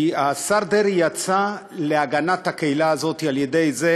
כי השר דרעי יצא להגנת הקהילה הזאת על-ידי זה